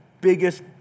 biggest